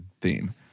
theme